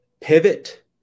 pivot